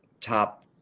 top